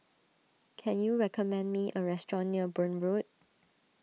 can you recommend me a restaurant near Burn Road